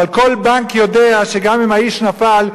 אבל כל בנק יודע שגם אם האיש נפל,